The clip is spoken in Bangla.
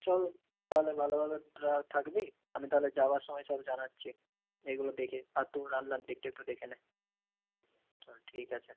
চল তাহলে ভালোভাবে থাকবি আমি তাহলে যাবার সময় সব জানাচ্ছি এইগুলো দেখে আর তোর রান্নার দিকটা একটু দেখে নে চল ঠিক আছে